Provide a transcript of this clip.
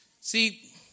See